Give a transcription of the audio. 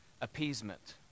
appeasement